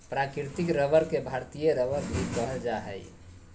प्राकृतिक रबर के भारतीय रबर भी कहल जा हइ